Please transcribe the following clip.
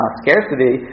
scarcity